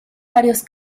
varios